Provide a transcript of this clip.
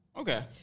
okay